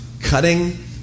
cutting